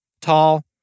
tall